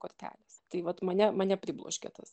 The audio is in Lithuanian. kortelės tai vat mane mane pribloškė tas